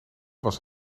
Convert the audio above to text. was